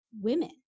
women